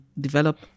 develop